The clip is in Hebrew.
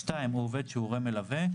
הוא עובד שהוא הורה מלווה.